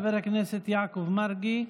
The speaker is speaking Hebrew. תודה לחבר הכנסת יעקב מרגי.